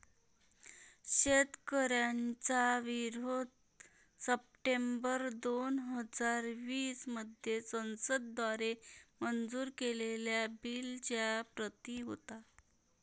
शेतकऱ्यांचा विरोध सप्टेंबर दोन हजार वीस मध्ये संसद द्वारे मंजूर केलेल्या बिलच्या प्रति होता